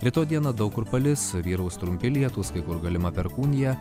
rytoj dieną daug kur palis vyraus trumpi lietūs kai kur galima perkūnija